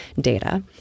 data